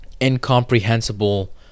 incomprehensible